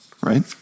right